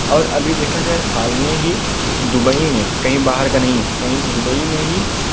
और अभी देखा जाए हाल में ही दुबई में कहीं बाहर का नहीं है कहीं दुबई में ही